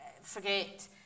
forget